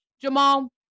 Jamal